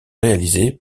réalisé